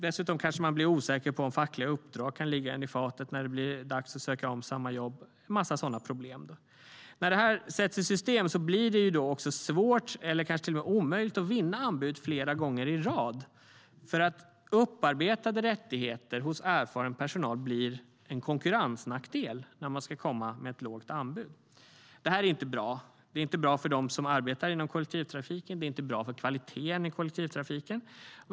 Dessutom kanske man blir osäker på om fackliga uppdrag kan ligga en i fatet när det blir dags att söka om samma jobb. Det blir en massa sådana problem. När det här sätts i system blir det också svårt eller kanske till och med omöjligt att vinna anbud flera gånger i rad. Upparbetade rättigheter hos erfaren personal blir en konkurrensnackdel när man ska komma med ett lågt anbud. Det här är inte bra. Det är inte bra för dem som arbetar inom kollektivtrafiken, och det är inte bra för kvaliteten i kollektivtrafiken.